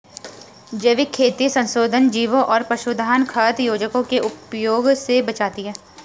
जैविक खेती संशोधित जीवों और पशुधन खाद्य योजकों के उपयोग से बचाती है